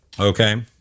Okay